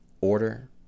order